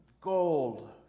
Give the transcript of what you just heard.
gold